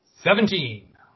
Seventeen